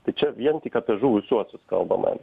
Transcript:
tai čia vien tik apie žuvusiuosius kalbama